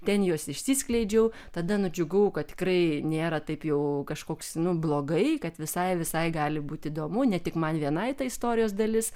ten jos išsiskleidžiau tada nudžiugau kad tikrai nėra taip jau kažkoks nu blogai kad visai visai gali būti įdomu ne tik man vienai ta istorijos dalis